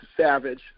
Savage